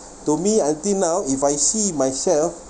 to me until now if I see myself